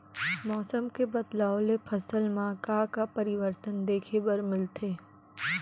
मौसम के बदलाव ले फसल मा का का परिवर्तन देखे बर मिलथे?